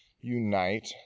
unite